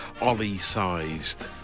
Ollie-sized